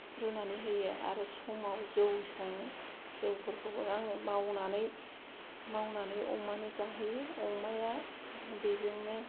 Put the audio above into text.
रुनानै होयो आरो समाव जौ सङो जौफोरखौबो आङो मावनानै मावनानै अमानो जाहोयो अमाया बेजोंनो